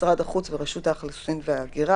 משרד החוץ ורשות האוכלוסין וההגירה,